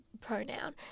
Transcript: pronoun